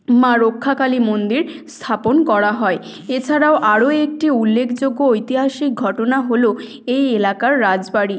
মা রক্ষা কালী মন্দির স্থাপন করা হয় এছাড়াও আরও একটি উল্লেখযোগ্য ঐতিহাসিক ঘটনা হলো এই এলাকার রাজবাড়ি